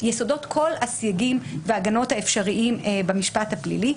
יסודות כל הסייגים וההגנות האפשריים במשפט הפלילי.